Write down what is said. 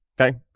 okay